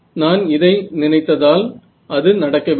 நான் இதை நினைத்ததால் அது நடக்கவில்லை